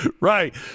right